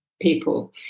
People